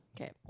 Okay